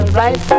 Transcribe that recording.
right